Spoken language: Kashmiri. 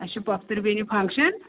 اَسہِ چھِ پۄپھتٕر بیٚنہِ فنٛگشَن